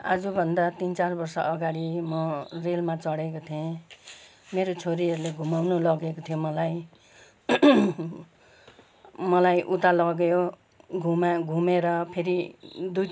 आजु भन्दा तिन चार बर्ष अगाडि म रेलमा चढेको थिएँ मेरो छोरीहरू घुमाउनु लगेको थियो मलाई मलाई उता लग्यो घुमा घुमेर फेरि दुई